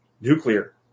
Nuclear